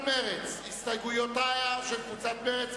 אנחנו עוברים להסתייגויותיו של חבר הכנסת אופיר פינס-פז.